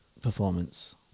performance